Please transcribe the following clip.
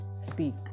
speak